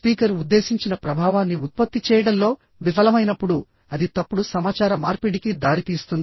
speaker ఉద్దేశించిన ప్రభావాన్ని ఉత్పత్తి చేయడంలో విఫలమైనప్పుడు అది తప్పుడు సమాచార మార్పిడికి దారితీస్తుంది